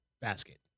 basket